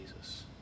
Jesus